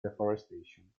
deforestation